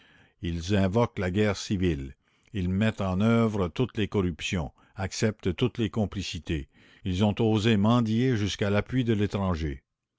ils invoquent la guerre civile ils mettent en œuvre toutes les corruptions acceptent toutes les complicités ils ont osé mendier jusqu'à l'appui de l'étranger